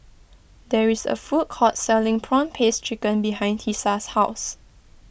there is a food court selling Prawn Paste Chicken behind Tisa's house